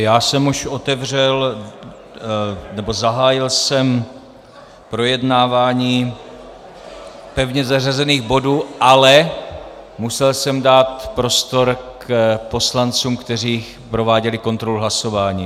Já jsem už otevřel nebo zahájil jsem projednávání pevně zařazených bodů, ale musel jsem dát prostor poslancům, kteří prováděli kontrolu hlasování.